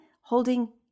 holding